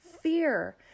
fear